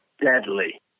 deadly